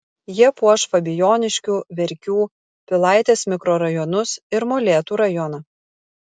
jie puoš fabijoniškių verkių pilaitės mikrorajonus ir molėtų rajoną